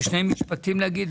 בשני משפטים להגיד,